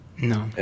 No